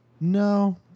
No